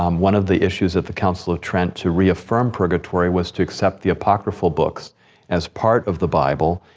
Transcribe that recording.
um one of the issues at the council of trent to reaffirm purgatory was to accept the apocryphal books as part of the bible,